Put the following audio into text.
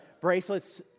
bracelets